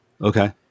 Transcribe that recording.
Okay